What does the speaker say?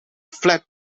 fled